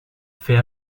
fait